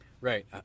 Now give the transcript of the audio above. Right